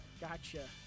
Gotcha